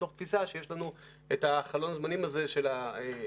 מתוך תפיסה שיש לנו את חלון הזמנים הזה של החורף,